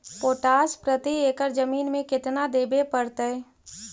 Potash प्रति एकड़ जमीन में केतना देबे पड़तै?